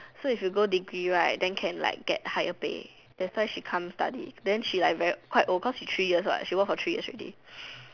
so if you go degree right then can get higher pay that's why she come study then she quite old what cause she work for three years already